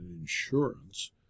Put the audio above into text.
Insurance